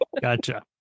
Gotcha